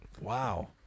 Wow